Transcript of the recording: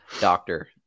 Doctor